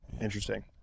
interesting